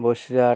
Basirhat